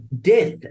Death